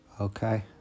Okay